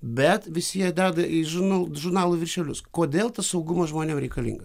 bet visi jie deda į žina žurnalų viršelius kodėl saugumas žmonėm reikalinga